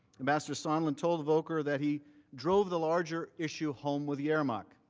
and ah sort of sondland told volker that he drove the larger issue home with yermak.